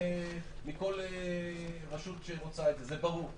מכל רשות שרוצה את זה, זה ברור.